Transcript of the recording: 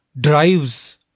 drives